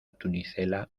tunicela